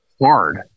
hard